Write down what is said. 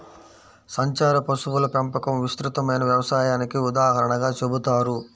సంచార పశువుల పెంపకం విస్తృతమైన వ్యవసాయానికి ఉదాహరణగా చెబుతారు